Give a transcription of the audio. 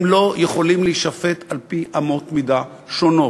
הם לא יכולים להישפט על-פי אמות מידה שונות.